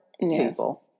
people